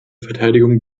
verteidigung